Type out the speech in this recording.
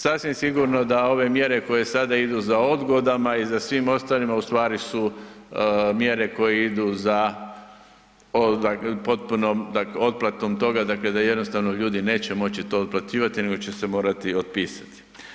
Sasvim sigurno da ove mjere koje sada idu za odgodama i za svim ostalima u stvari su mjere koje idu za potpunom otplatom toga, dakle da jednostavno ljudi neće moći to otplaćivati nego će se morati otpisati.